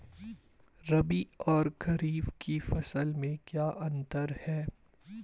रबी और खरीफ की फसल में क्या अंतर है?